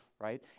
right